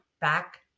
back